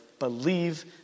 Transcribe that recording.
Believe